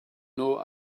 know